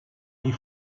les